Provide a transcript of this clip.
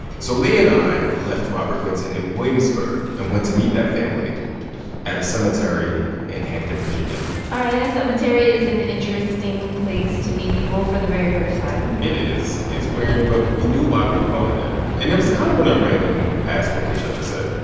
so leah and i left robert vinson in williamsburg and went to meet that family at a cemetery in hampton, va va and all right. a cemetery is an interesting place to meet people for the very first time it is. it's weird, but we knew why we were going there. and it was kind of in a random-ass location, i should say.